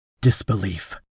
Disbelief